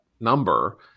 number